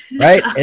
right